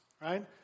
right